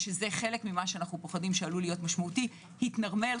שזה חלק ממה שאנו פוחדים שעלול להיות משמעותי התנרמל,